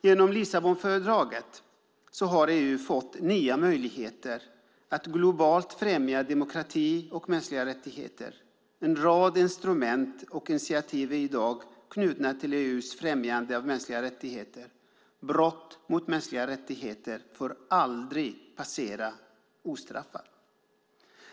Genom Lissabonfördraget har EU fått nya möjligheter att globalt främja demokrati och mänskliga rättigheter. En rad instrument och initiativ är i dag knutna till EU:s främjande av mänskliga rättigheter. Brott mot mänskliga rättigheter får aldrig passera ostraffat.